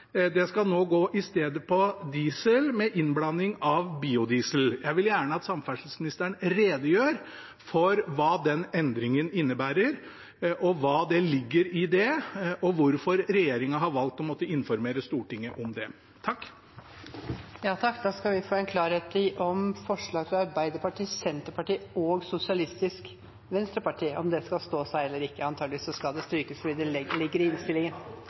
skal nå i stedet gå på diesel med innblanding av biodiesel. Jeg vil gjerne at samferdselsministeren redegjør for hva den endringen innebærer, hva som ligger i det, og hvorfor regjeringen har valgt å informere Stortinget om det. Da skal vi få klarhet i om forslaget fra Arbeiderpartiet, Senterpartiet og Sosialistisk Venstreparti skal stå eller ikke. Antakelig skal det strykes. Jeg har lyst til å takke statsråden for at han har jobbet for å få på plass en god løsning nå. Det